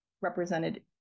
represented